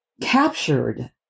captured